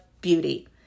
beauty